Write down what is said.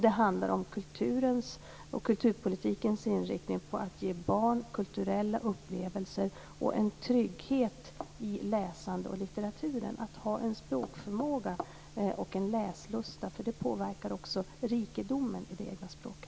Det handlar om kulturens och kulturpolitikens inriktning på att ge barn kulturella upplevelser och en trygghet i läsandet och litteraturen, att ha en språkförmåga och en läslusta, därför att det påverkar också rikedomen i det egna språket.